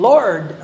Lord